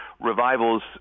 revivals